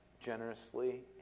generously